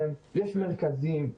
יש מרכזים,